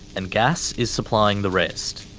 and gas is supplying the rest.